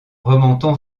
remontant